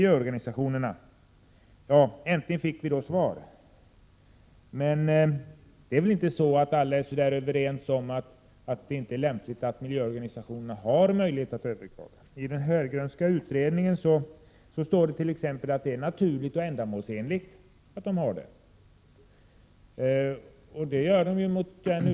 Äntligen fick vi då svar om miljöorganisationerna. Men alla är inte överens om att det inte är lämpligt att ge miljöorganisationerna möjlighet att överklaga. I den Heurgrenska utredningen står att det är naturligt och ändamålsenligt att de har den rätten.